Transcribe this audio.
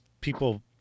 people